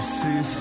see